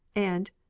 and,